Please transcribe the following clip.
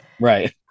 right